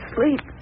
Sleep